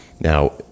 Now